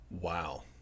Wow